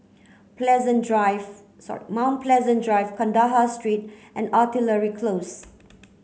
Pleasant Drive sorry mount Pleasant Drive Kandahar Street and Artillery Close